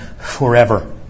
forever